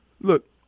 Look